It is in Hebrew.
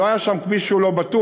לא היה שם כביש שהוא לא בטוח.